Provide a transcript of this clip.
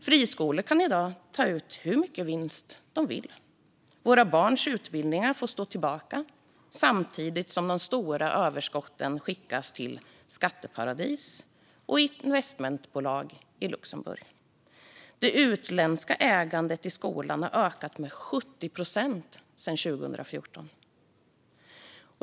Friskolor kan i dag ta ut hur mycket vinst de vill. Våra barns utbildning får stå tillbaka samtidigt som de stora överskotten skickas till skatteparadis och investmentbolag i Luxemburg. Det utländska ägandet i skolan har ökat med 70 procent sedan 2014.